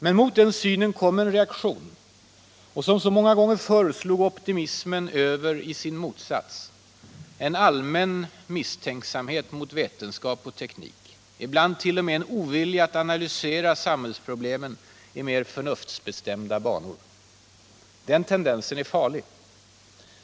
Men mot den synen kom en reaktion, och som så många gånger förr slog optimismen över i sin motsats: en allmän misstänksamhet mot vetenskap och teknik och ibland t.o.m. en ovilja att analysera samhällsproblemen i mer förnuftsbestämda banor. Den tendensen är farlig.